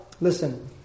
listen